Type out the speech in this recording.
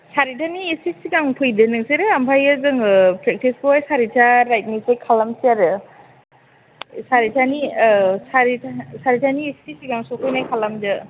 सारिथानि इसे सिगां फैदो नोंसोरो ओमफ्रायो जोङो फ्रेखथिसखौ हाय सारिथा राइथनिफ्राय खालामसै आरो सारिथानि औ सारिथा सारिथानि इसे सिगां सौफैनाय खालामदो